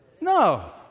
No